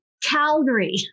Calgary